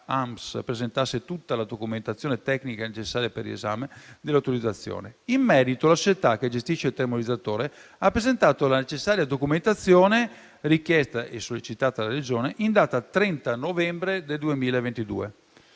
Aamps presentasse tutta la documentazione tecnica necessaria per il riesame dell'autorizzazione. In merito, la società che gestisce il termovalorizzatore ha presentato la necessaria documentazione, richiesta e sollecitata dalla Regione, in data 30 novembre del 2022.